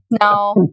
No